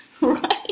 Right